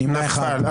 הצבעה לא אושרה נפל.